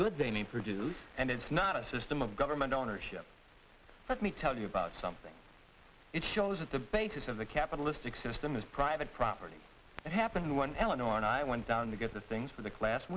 what the good produce and it's not a system of government ownership let me tell you about something it shows that the basis of the capitalistic system is private property it happened one eleanor and i went down to get the things for the class